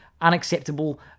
unacceptable